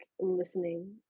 listening